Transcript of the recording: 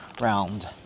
round